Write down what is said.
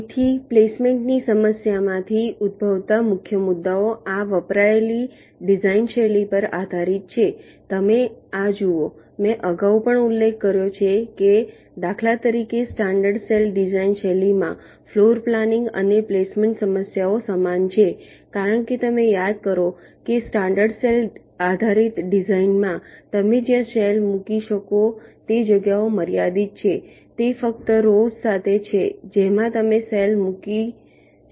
તેથી પ્લેસમેન્ટની સમસ્યામાંથી ઉદ્ભવતા મુખ્ય મુદ્દાઓ આ વપરાયેલી ડિઝાઇન શૈલી પર આધારિત છે તમે આ જુઓ મેં અગાઉ પણ ઉલ્લેખ કર્યો છે કે દાખલા તરીકે સ્ટાન્ડર્ડ સેલ ડિઝાઇન શૈલીમાં ફ્લોર પ્લાનિંગ અને પ્લેસમેન્ટ સમસ્યાઓ સમાન છે કારણ કે તમે યાદ કરો છો કે સ્ટાન્ડર્ડ સેલ આધારિત ડિઝાઇનમાં તમે જ્યાં સેલ મૂકી શકો તે જગ્યાઓ મર્યાદિત છે તે ફક્ત રોવ્સ સાથે છે જેમાં તમે સેલ મૂકી શકો છો